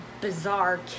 bizarre